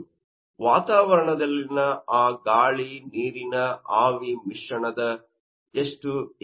ಆದ್ದರಿಂದ ವಾತಾವರಣದಲ್ಲಿನ ಆ ಗಾಳಿ ನೀರಿನ ಆವಿ ಮಿಶ್ರಣದ ಎಷ್ಟು ಏನು